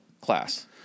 class